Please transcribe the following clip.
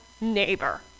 neighbor